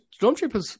stormtroopers